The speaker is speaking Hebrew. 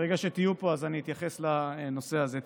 ברגע שתהיו פה, אני אתייחס לנושא הזה.